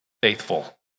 faithful